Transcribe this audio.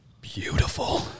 Beautiful